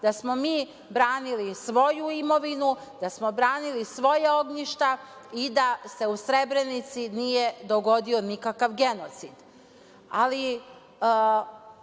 da smo mi branili svoju imovinu, da smo branili svoje ognjište i da se u Srebrenici nije dogodio nikakav genocid. Sve